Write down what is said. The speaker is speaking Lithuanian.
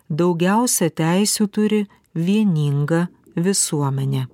daugiausia teisių turi vieninga visuomenė